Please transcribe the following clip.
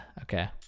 Okay